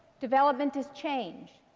development is change.